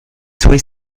suoi